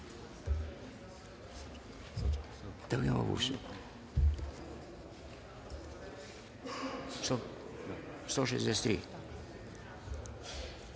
163